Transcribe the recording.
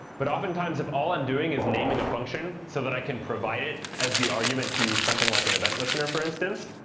but oftentimes if all i'm doing is naming a function so that i can provide it as the argument to something like an event listener, for instance,